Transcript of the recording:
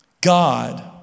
God